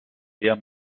sehr